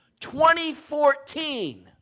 2014